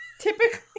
Typically